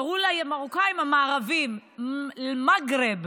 קראו להם המרוקאים המערביים, אל-מגרב.